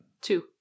Two